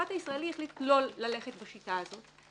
המשפט הישראלי החליט לא ללכת בשיטה הזו,